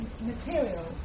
material